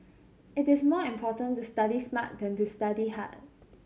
it is more important to study smart than to study hard